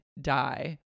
die